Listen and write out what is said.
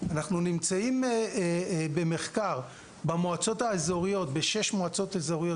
אנחנו נמצאים כרגע במחקר בשש מועצות אזוריות